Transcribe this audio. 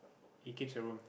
he keeps a room